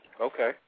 Okay